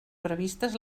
previstes